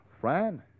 Fran